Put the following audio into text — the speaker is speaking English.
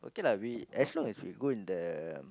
okay lah we as long as we go in the